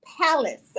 palace